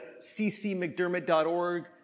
ccmcdermott.org